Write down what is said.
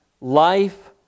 life